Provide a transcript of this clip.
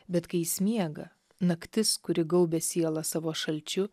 bet kai jis miega naktis kuri gaubia sielą savo šalčiu